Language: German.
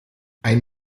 ein